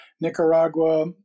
Nicaragua